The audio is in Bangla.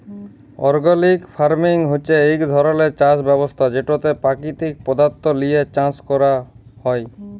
অর্গ্যালিক ফার্মিং হছে ইক ধরলের চাষ ব্যবস্থা যেটতে পাকিতিক পদাথ্থ লিঁয়ে চাষ ক্যরা হ্যয়